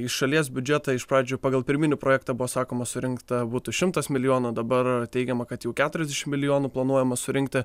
į šalies biudžetą iš pradžių pagal pirminį projektą buvo sakoma surinkta būtų šimtas milijonų dabar teigiama kad jau keturiasdešimt milijonų planuojama surinkti